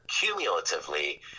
cumulatively –